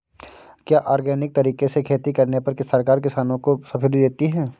क्या ऑर्गेनिक तरीके से खेती करने पर सरकार किसानों को सब्सिडी देती है?